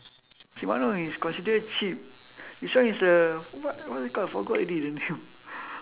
shimano is consider cheap this one is a what what is it called forgot already the name